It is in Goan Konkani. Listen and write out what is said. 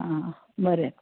आं बरें